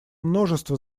множество